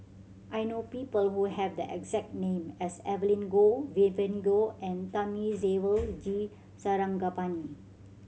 I know people who have the exact name as Evelyn Goh Vivien Goh and Thamizhavel G Sarangapani